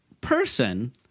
person